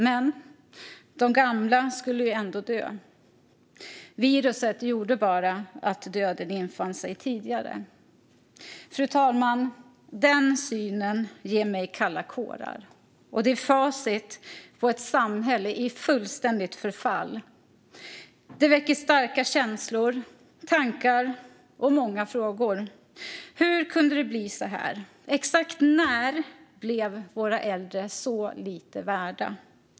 Men de gamla skulle ju ändå dö. Viruset gjorde bara att döden infann sig tidigare. Fru talman! Den synen ger mig kalla kårar. Det är facit på ett samhälle i fullständigt förfall. Det väcker starka känslor, tankar och många frågor. Hur kunde det bli så här? Exakt när blev våra äldre så lite värda?